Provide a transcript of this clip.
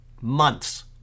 months